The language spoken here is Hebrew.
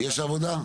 יש "עבודה"?